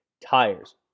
Tires